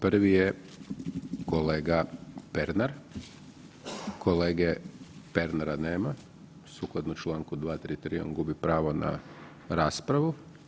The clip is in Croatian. Prvi je kolega Pernar, kolege Pernara nema sukladno članku 233. on gubi pravo na raspravu.